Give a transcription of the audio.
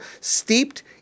steeped